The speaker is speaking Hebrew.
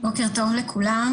בוקר טוב לכולם,